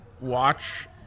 watch